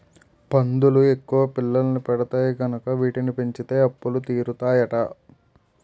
పందులు ఎక్కువ పిల్లల్ని పెడతాయి కనుక వీటిని పెంచితే అప్పులు తీరుతాయట